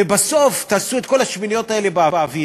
ובסוף, אם תעשו את כל השמיניות האלה באוויר